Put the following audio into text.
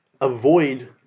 avoid